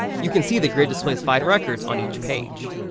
you can see the grid displays five records on each page.